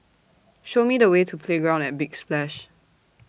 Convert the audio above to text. Show Me The Way to Playground At Big Splash